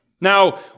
Now